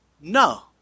no